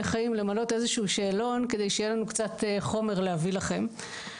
חיים למלא איזשהו שאלון כדי שיהיה לנו קצת חומר להביא לכם.